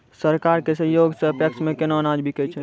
सरकार के सहयोग सऽ पैक्स मे केना अनाज बिकै छै?